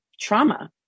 trauma